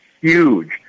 huge